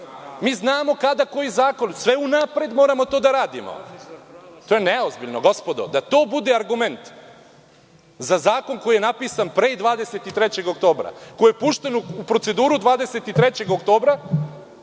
Mi znamo kada koji zakon, sve unapred moramo da radimo. To je neozbiljno gospodo. Da to bude argument za zakon koji je napisan pre 23. oktobra, koji je pušten u proceduru 23. oktobra,